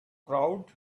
crowd